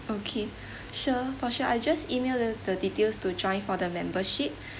okay sure for sure I just email the the details to join for the membership